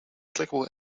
clickable